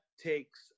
takes